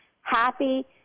happy